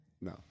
No